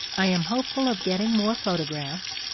i am hopeful of getting more photographs,